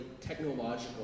technological